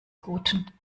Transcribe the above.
guten